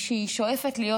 ששואפת להיות